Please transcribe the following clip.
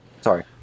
Sorry